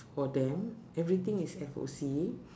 for them everything is F_O_C